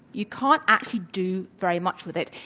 you can't actually do very much with it.